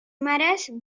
mares